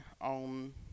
on